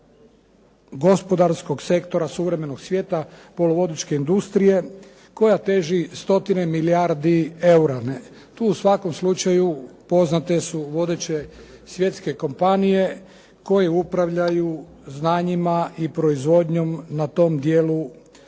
gospodarskog sektora suvremenog svijeta poluvodičke industrije koja teži stotine milijardi eura. Tu u svakom slučaju poznate su vodeće svjetske kompanije koje upravljaju znanjima i proizvodnjom na tom dijelu